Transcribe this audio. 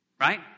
right